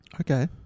Okay